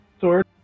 sword